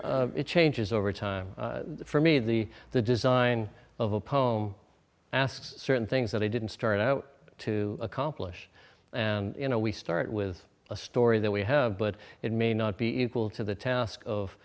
it changes over time for me the the design of a poem asks certain things that i didn't start out to accomplish and you know we start with a story that we have but it may not be equal to the task of